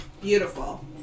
Beautiful